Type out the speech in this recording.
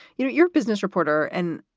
you know, your business reporter and